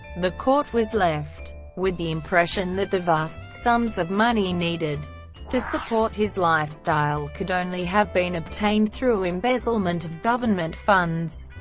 the court was left with the impression that the vast sums of money needed to support his lifestyle could only have been obtained through embezzlement of government funds.